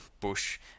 bush